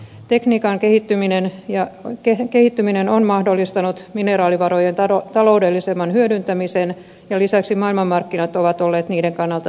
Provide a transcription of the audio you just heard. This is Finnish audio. tekniikan kehittyminen on mahdollistanut mineraalivarojen taloudellisemman hyödyntämisen ja lisäksi maailmanmarkkinat ovat olleet niiden kannalta suotuisat